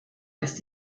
ist